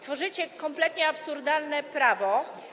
Tworzycie kompletnie absurdalne prawo.